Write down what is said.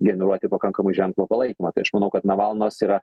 generuoti pakankamai ženklų palaikymą tai aš manau kad navalnas yra